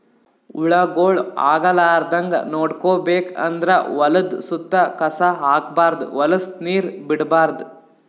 ಹುಳಗೊಳ್ ಆಗಲಾರದಂಗ್ ನೋಡ್ಕೋಬೇಕ್ ಅಂದ್ರ ಹೊಲದ್ದ್ ಸುತ್ತ ಕಸ ಹಾಕ್ಬಾರ್ದ್ ಹೊಲಸ್ ನೀರ್ ಬಿಡ್ಬಾರ್ದ್